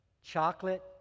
chocolate